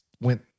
went